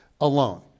alone